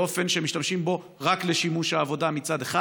בעוד הם משתמשים בו רק לעבודה, מצד אחד.